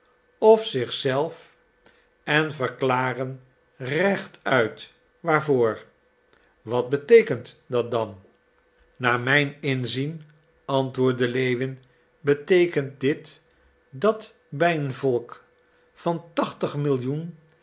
of zich zelf en verklaren rechtuit waarvoor wat beteekent dat dan naar mijn inzien antwoordde lewin beteekent dit dat bij een volk van tachtig millioen